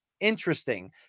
interesting